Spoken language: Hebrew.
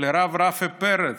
לרב רפי פרץ: